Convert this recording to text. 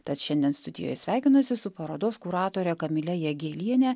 tad šiandien studijoje sveikinuosi su parodos kuratore kamile jagėliene